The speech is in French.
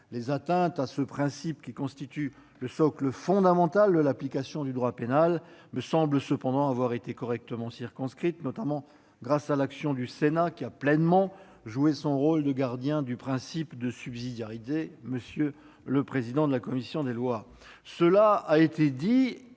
Les atteintes à ce principe, qui constitue le socle fondamental de l'application du droit pénal, me semblent cependant avoir été correctement circonscrites, notamment grâce à l'action du Sénat, qui a pleinement joué son rôle de gardien du principe de subsidiarité. Cela a été dit, le Sénat